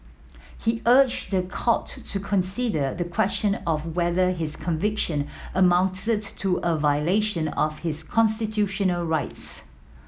he urged the court to consider the question of whether his conviction amounted to a violation of his constitutional rights